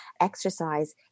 Exercise